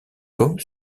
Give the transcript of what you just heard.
comme